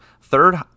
third